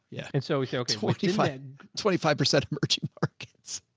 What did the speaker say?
yeah. and so so twenty five twenty five percent of merchant markets,